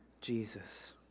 Jesus